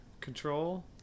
Control